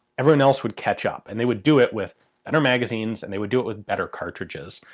everyone else would catch up, and they would do it with better magazines, and they would do it with better cartridges.